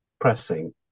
pressing